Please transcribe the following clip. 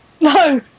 No